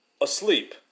asleep